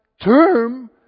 term